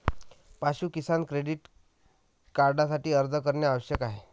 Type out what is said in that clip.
पाशु किसान क्रेडिट कार्डसाठी अर्ज करणे आवश्यक आहे